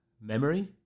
memory